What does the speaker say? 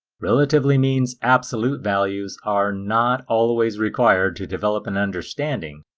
relatively means absolute values are not always required to develop an understanding,